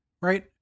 right